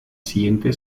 siguiente